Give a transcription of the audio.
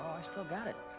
i still got it.